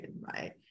right